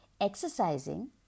Exercising